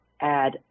Add